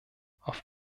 auf